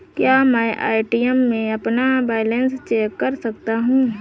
क्या मैं ए.टी.एम में अपना बैलेंस चेक कर सकता हूँ?